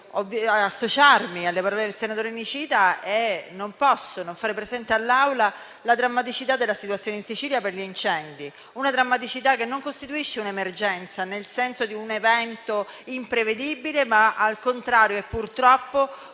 oggi devo associarmi alle parole del senatore Nicita. Non posso infatti non fare presente all'Assemblea la drammaticità della situazione in Sicilia per gli incendi. Una drammaticità che non costituisce un'emergenza nel senso di un evento imprevedibile, ma, al contrario, costituisce